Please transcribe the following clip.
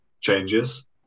changes